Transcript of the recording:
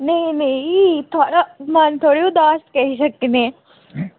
नेईं नेईं थोआड़ा मन थोह्ड़ी उदास करी सकने